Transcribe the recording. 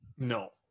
No